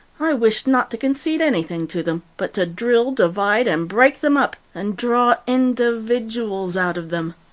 i wish not to concede anything to them, but to drill, divide, and break them up, and draw individuals out of them.